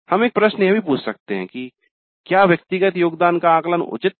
हम एक प्रश्न यह भी पूछ सकते हैं कि क्या व्यक्तिगत योगदान का आकलन उचित था